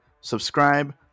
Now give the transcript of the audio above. subscribe